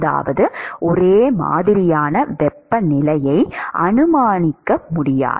அதாவது ஒரே மாதிரியான வெப்பநிலையை அனுமானிக்க முடியாது